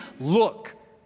Look